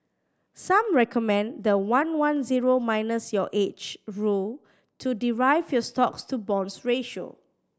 some recommend the one one zero minus your age rule to derive your stocks to bonds ratio